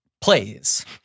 Plays